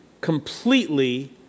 completely